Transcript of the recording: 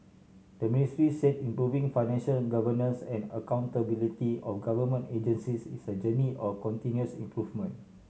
the Ministry said improving financial governance and accountability of government agencies is a journey of continuous improvement